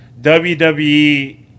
WWE